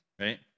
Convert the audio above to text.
right